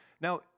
Now